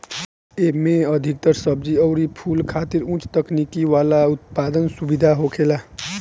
एमे अधिकतर सब्जी अउरी फूल खातिर उच्च तकनीकी वाला उत्पादन सुविधा होखेला